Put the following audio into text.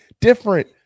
different